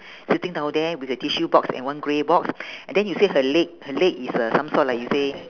sitting down there with a tissue box and one grey box and then you say her leg her leg is uh some sort like you say